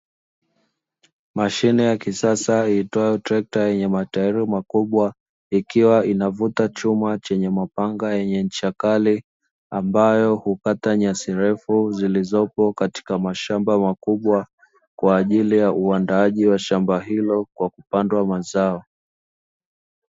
Mashine ya kisasa iitwayo trekta yenye matairi makubwa. ikiwa inavuta chuma chenye mapanga yenye ncha kali, ambayo hukata nyasi refu zilizopo katika mashamba makubwa kwajili ya uandaaji wa shamba hilo kwa kupandwa mazao.